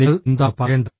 നിങ്ങൾ എന്താണ് പറയേണ്ടത്